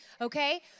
Okay